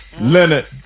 Leonard